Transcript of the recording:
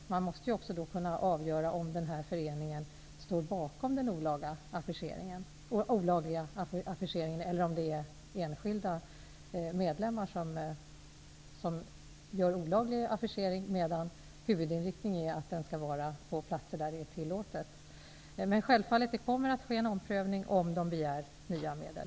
Man måste också kunna avgöra om föreningen står bakom den olagliga affischeringen eller om det är enskilda medlemmar som utför olaglig affischering, medan huvudinriktningen är att den skall göras på platser där det är tillåtet. Självfallet kommer det att ske en omprövning om de begär nya medel.